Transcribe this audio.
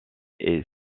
est